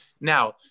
Now